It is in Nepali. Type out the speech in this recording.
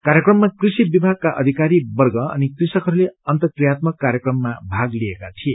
कार्यक्रममा कृषि विभागका अधिकारीवर्ग अनि कृषकहरूले अन्तरक्रियात्मक कार्यक्रममा भाग लिएका थिए